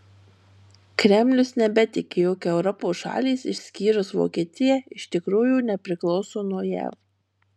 kremlius nebetiki jog europos šalys išskyrus vokietiją iš tikrųjų nepriklauso nuo jav